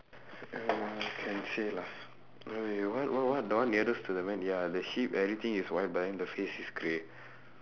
can see lah !aiya! what what what the one nearest to the man ya the sheep everything is white but then the face is grey